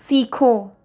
सीखो